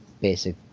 basic